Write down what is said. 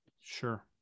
Sure